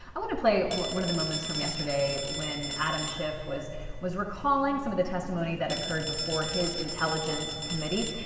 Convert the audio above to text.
i want to play one of the moments from yesterday when adam schiff was was recalling some of the testimony that occurred before his intelligence committee.